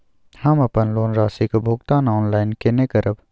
हम अपन लोन राशि के भुगतान ऑनलाइन केने करब?